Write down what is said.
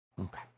Okay